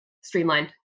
streamlined